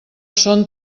són